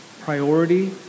priority